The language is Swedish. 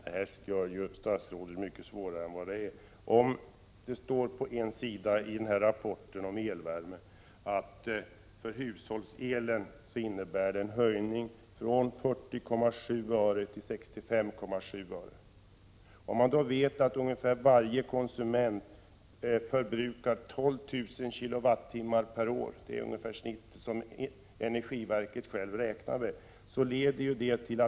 Herr talman! Statsrådet gör det mycket svårare än vad det är. Det står på en sida i rapporten att det blir en höjning av priset på hushållselen från 40,7 öre till 65,7 öre. Man vet att varje konsument förbrukar ungefär 12 000 kWh per år — det är det genomsnitt som energiverket har räknat fram.